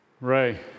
Ray